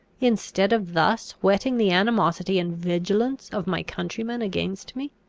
instead of thus whetting the animosity and vigilance of my countrymen against me?